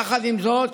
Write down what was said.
יחד עם זאת,